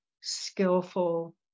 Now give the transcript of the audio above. skillful